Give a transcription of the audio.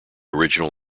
original